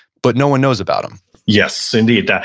but no one knows about him yes, indeed.